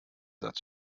satz